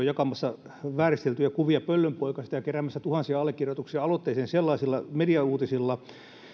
jakamassa vääristeltyjä kuvia pöllön poikasista ja keräämässä tuhansia allekirjoituksia aloitteeseen sellaisilla mediauutisilla